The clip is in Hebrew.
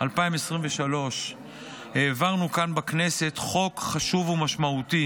2023 העברנו כאן בכנסת חוק חשוב ומשמעותי